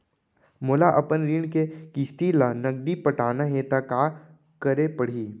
मोला अपन ऋण के किसती ला नगदी पटाना हे ता का करे पड़ही?